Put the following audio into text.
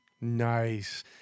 Nice